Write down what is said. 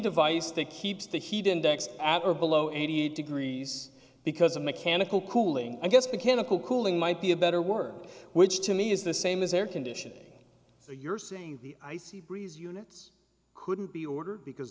device to keep the heat index at or below eighty eight degrees because of mechanical cooling i guess became a cool cooling might be a better word which to me is the same as air conditioning so you're saying i see breeze units couldn't be ordered because